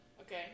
okay